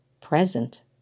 present